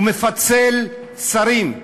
הוא מפצל שרים,